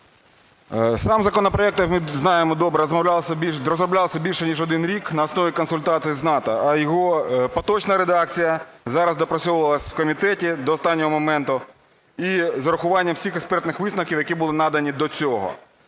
Сам законопроект, ми знаємо добре, розроблявся більше, ніж один рік на основі консультацій з НАТО. Його поточна редакція зараз допрацьовувалась в комітеті до останнього моменту і з урахуванням всіх експертних висновків, які були надані до цього.